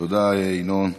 תודה, ינון.